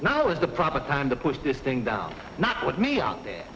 now is the proper time to push this thing down not with me on that